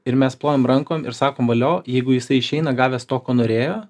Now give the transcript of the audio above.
ir mes plojam rankom ir sakom valio jeigu jisai išeina gavęs to ko norėjo